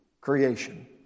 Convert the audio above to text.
creation